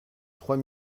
trois